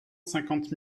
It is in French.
cinquante